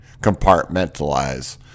compartmentalize